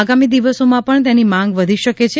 આગામી દિવસોમાં પણ તેની માંગ વધી શકે છે